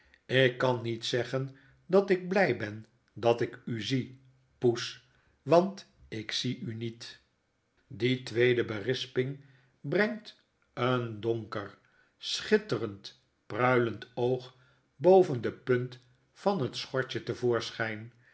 ik kan niet zeggen dat ik bly ben dat ik u zie poes want ik zie u niet die tweede berisping brengt een donker schitterend pruilend oog boven de punt van het